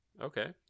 Okay